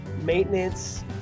maintenance